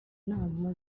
nama